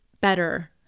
better